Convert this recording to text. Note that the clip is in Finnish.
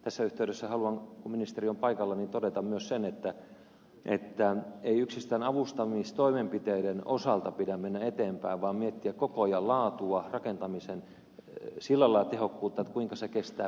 tässä yhteydessä haluan kun ministeri on paikalla todeta myös sen että ei yksistään avustamistoimenpiteiden avulla pidä mennä eteenpäin vaan tulee miettiä koko ajan laatua sillä lailla rakentamisen tehokkuutta kuinka se kestää pidempään